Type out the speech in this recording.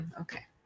Okay